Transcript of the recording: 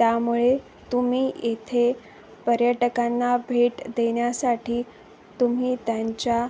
त्यामुळे तुम्ही येथे पर्यटकांना भेट देण्यासाठी तुम्ही त्यांच्या